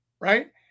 right